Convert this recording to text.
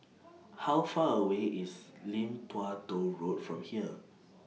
How Far away IS Lim Tua Tow Road from here